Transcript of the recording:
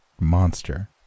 monster